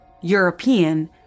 European